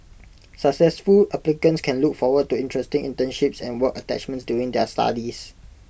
successful applicants can look forward to interesting internships and work attachments during their studies